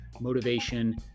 motivation